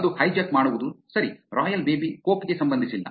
ಅದು ಹೈಜಾಕ್ ಮಾಡುವುದು ಸರಿ ರಾಯಲ್ ಬೇಬಿ ಕೋಕ್ ಗೆ ಸಂಬಂಧಿಸಿಲ್ಲ